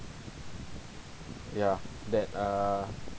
ya that err